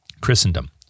Christendom